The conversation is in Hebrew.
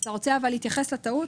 אתה רוצה להתייחס לטעות.